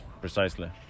precisely